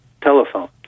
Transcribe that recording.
telephone